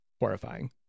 horrifying